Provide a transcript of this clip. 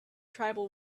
tribal